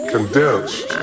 Condensed